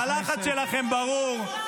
הלחץ שלכם ברור.